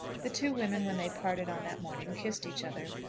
the two women, when they parted on that morning, kissed each other,